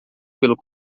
pelos